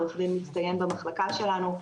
עו"ד מצטיין במחלקה שלנו,